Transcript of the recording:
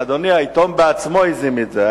אדוני, העיתון בעצמו הזים את זה.